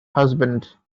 husband